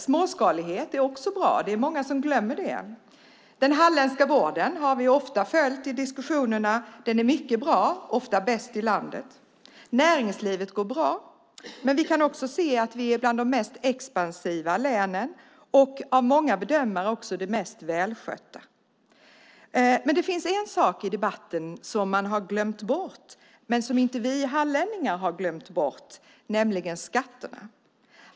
Småskalighet är också bra; det är många som glömmer det. Den halländska vården har vi ofta följt i diskussionerna. Den är mycket bra - ofta bäst i landet. Näringslivet går bra. Vi kan också se att vi är bland de mest expansiva länen och enligt många bedömare även det mest välskötta. Det finns dock en sak man har glömt bort i debatten men som vi hallänningar inte har glömt bort, nämligen skatterna.